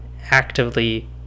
actively